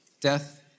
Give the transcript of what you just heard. Death